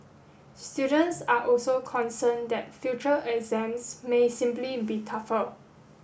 students are also concerned that future exams may simply be tougher